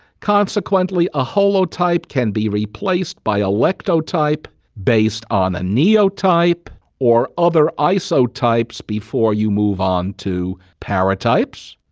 consequently, a holotype can be replaced by a lectotype based on a neotype or other isotypes before you move on to paratypes,